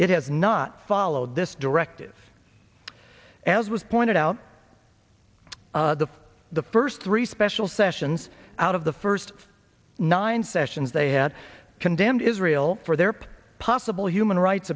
it has not followed this directive as was pointed out the first three special sessions out of the first nine sessions they had condemned israel for their possible human rights